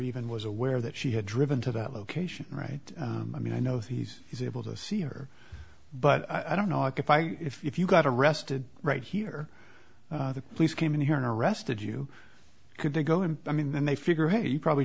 even was aware that she had driven to that location right i mean i know he's he's able to see her but i don't know if i if you got arrested right here the police came in here and arrested you could they go and i mean then they figure hey you probably